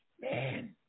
man